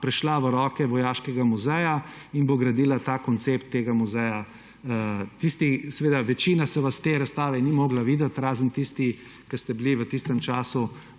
prešla v roke Vojaškega muzeja in bo gradila ta koncept tega muzeja. Večina vas te razstave ni mogla videti, razen tisti, ki ste bili v tistem času